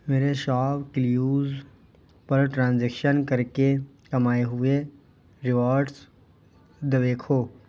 میرے شاپکلیوز پر ٹرانزیکشن کر کے کمائے ہوئے ریوارڈس دیکھو